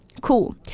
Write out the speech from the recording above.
cool